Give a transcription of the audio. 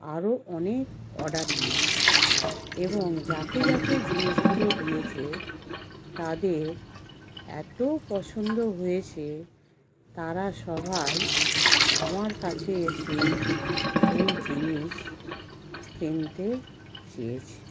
আরও অনেক অর্ডার নিয়ে এবং যাকে যাকে জিনিসগুলো দিয়েছে তাদের এত পছন্দ হয়েছে তারা সবাই আমার কাছে এসে ওই জিনিস কিনতে চেয়েছে